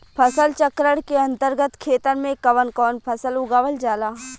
फसल चक्रण के अंतर्गत खेतन में कवन कवन फसल उगावल जाला?